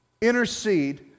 intercede